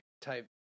type